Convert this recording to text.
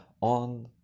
on